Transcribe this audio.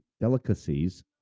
delicacies